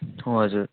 हजुर